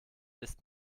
ist